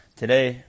today